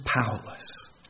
powerless